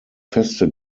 feste